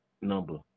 number